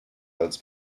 als